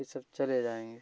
फिर सब चले जाएँगे